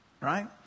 right